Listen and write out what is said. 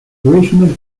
originally